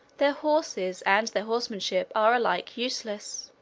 their horses and their horsemanship are alike useless,